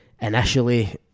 initially